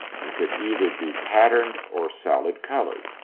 and could either be patterned or solid-colored.